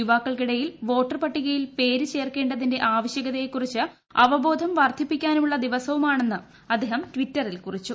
യുവാക്കൾക്കിടയിൽ വോട്ടർപട്ടികയിൽ പേര് ചേർക്കുന്നതിന്റെ ആവശ്യകതയെക്കുറിച്ച് അവബോധം വർധിപ്പിക്കാനുമുളള ദിവസമാണ് ഇതെന്നും അദ്ദേഹം ടിറ്ററിൽ കുറിച്ചു